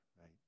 right